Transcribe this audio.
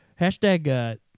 Hashtag